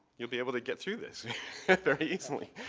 you'll be able to get through this very easily.